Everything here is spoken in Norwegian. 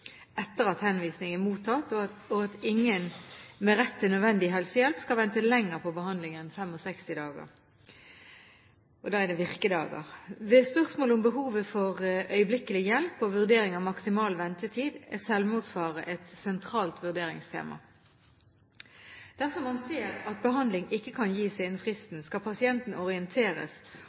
etter at henvisningen er mottatt, og at ingen med rett til nødvendig helsehjelp skal vente lenger på behandling enn 65 virkedager. Ved spørsmål om behovet for øyeblikkelig hjelp og vurdering av maksimal ventetid er selvmordsfare et sentralt vurderingstema. Dersom man ser at behandling ikke kan gis innen fristen, skal pasienten orienteres,